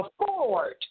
afford